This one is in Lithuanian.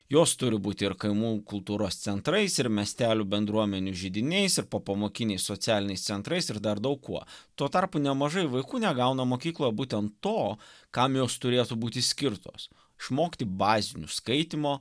jos turi būti ir kaimų kultūros centrais ir miestelių bendruomenių židiniais ir popamokiniais socialiniais centrais ir dar daug kuo tuo tarpu nemažai vaikų negauna mokykloje būtent to kam jos turėtų būti skirtos išmokti bazinių skaitymo